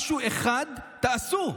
משהו אחד תעשו.